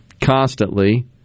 constantly